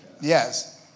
Yes